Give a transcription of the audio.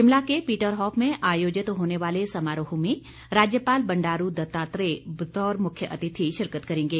शिमला के Peterhof में आयोजित होने वाले समारोह में राज्यपाल बंडारू दत्तात्रेय बतौर मुख्य अतिथि शिरकत करेंगे